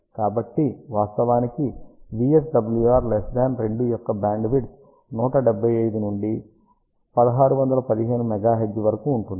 కాబట్టి వాస్తవానికి VSWR 2 యొక్క బ్యాండ్విడ్త్ 175 నుండి 1615 MHz వరకు ఉంటుంది